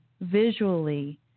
visually